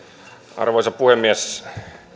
arvoisa puhemies